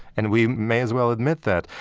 and we may as well admit that.